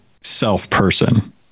self-person